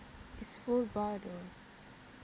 it's full bar though